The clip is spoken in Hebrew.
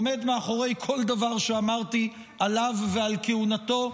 אני עומד מאחורי כל דבר שאמרתי עליו ועל כהונתו,